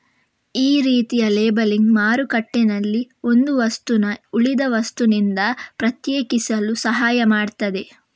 ಈ ರೀತಿಯ ಲೇಬಲಿಂಗ್ ಮಾರುಕಟ್ಟೆನಲ್ಲಿ ಒಂದು ವಸ್ತುನ ಉಳಿದ ವಸ್ತುನಿಂದ ಪ್ರತ್ಯೇಕಿಸಲು ಸಹಾಯ ಮಾಡ್ತದೆ